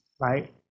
right